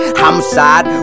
homicide